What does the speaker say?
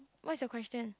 what is your question